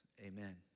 amen